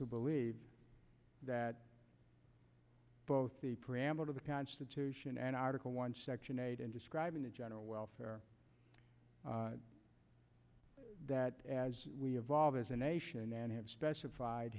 who believe that both the preamble to the constitution and article one section eight in describing the general welfare that as we evolve as a nation and have specified